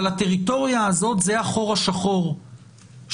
אבל הטריטוריה הזאת זה החור השחור שבו